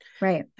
right